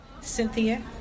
Cynthia